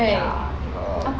ya bro